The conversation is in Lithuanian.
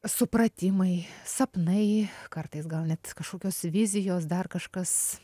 supratimai sapnai kartais gal net kažkokios vizijos dar kažkas